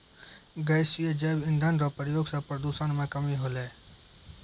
गैसीय जैव इंधन रो प्रयोग से प्रदूषण मे कमी होलै